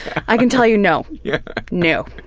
i can tell you no. yeah no.